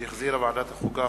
שהחזירה ועדת החוקה,